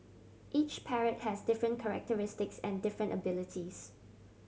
each parrot has different characteristics and different abilities